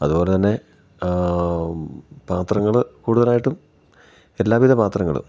അതുപോലെ തന്നെ പാത്രങ്ങൾ കൂടുതലായിട്ടും എല്ലാവിധ പാത്രങ്ങൾ